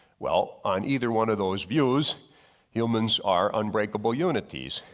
well, on either one of those views humans are unbreakable unities.